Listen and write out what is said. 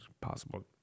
Possible